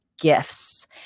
gifts